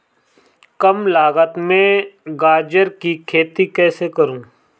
कम लागत में गाजर की खेती कैसे करूँ?